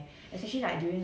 mm